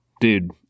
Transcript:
Dude